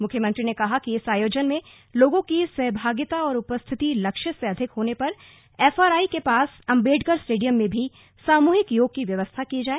मुख्यमंत्री ने कहा कि इस आयोजन में लोगों की सहभागिता और उपस्थिति लक्ष्य से अधिक होने पर एफआरआई के पास अम्बेडकर स्टेडियम में भी सामुहिक योग की व्यवस्था की जाए